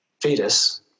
fetus